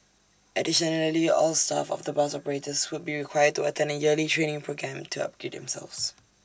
additionally all staff of the bus operators would be required to attend A yearly training programme to upgrade themselves